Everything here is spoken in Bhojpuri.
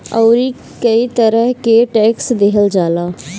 अउरी कई तरह के टेक्स देहल जाला